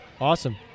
Awesome